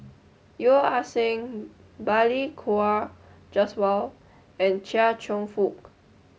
Yeo Ah Seng Balli Kaur Jaswal and Chia Cheong Fook